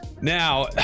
Now